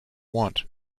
want